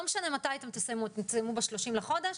לא משנה מתי אתם תסיימו - אם אתם תסיימו ב-30 בחודש,